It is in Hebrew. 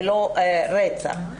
ולא רצח.